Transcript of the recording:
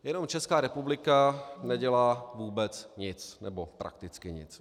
Jenom Česká republika nedělá vůbec nic, nebo prakticky nic.